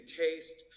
taste